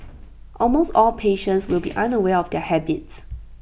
almost all patients will be unaware of their habits